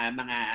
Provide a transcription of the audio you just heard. mga